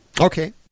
Okay